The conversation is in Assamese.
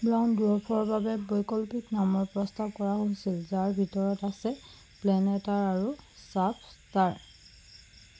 ব্ৰাউন ডুৱৰ্ফৰ বাবে বৈকল্পিক নামৰ প্ৰস্তাৱ কৰা হৈছিল যাৰ ভিতৰত আছে প্লেনেট আৰ আৰু ছাব ষ্টাৰ